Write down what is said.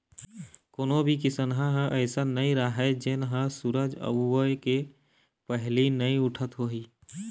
कोनो भी किसनहा ह अइसन नइ राहय जेन ह सूरज उए के पहिली नइ उठत होही